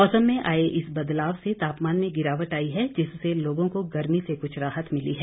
मौसम में आए इस बदलाव से तापमान में गिरावट आई है जिससे लोगों को गर्मी से कुछ राहत मिली है